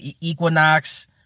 equinox